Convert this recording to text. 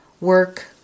work